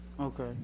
Okay